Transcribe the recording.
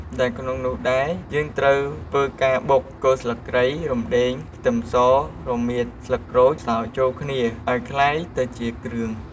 ដែលក្នុងនោះដែរ យើងត្រូវធ្វើការបុក គល់ស្លឹកគ្រៃ រំដេង ខ្ទឹមស រមៀត ស្លឹកក្រូចសើចចូលគ្នាអោយក្លាយទៅជាគ្រឿង។